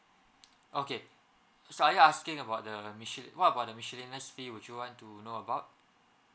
okay so are you asking about the miscellaneous what about the miscellaneous would you want to know about